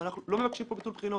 אבל אנחנו לא מבקשים פה ביטול בחינות.